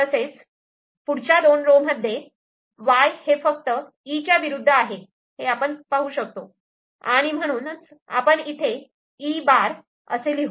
तसेच दुसऱ्या दोन रो मध्ये 'Y' हे फक्त 'E' च्या विरुद्ध आहे हे आपण पाहतो आहोत आणि म्हणूनच आपण इथे E' असे लिहू